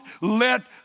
let